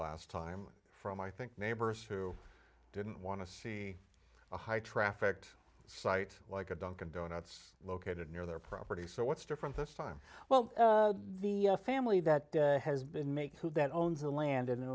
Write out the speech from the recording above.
last time from i think neighbors who didn't want to see a high trafficked site like a dunkin donuts located near their property so what's different this time well the family that has been make who that owns the land and